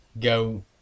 go